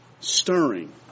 stirring